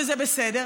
וזה בסדר,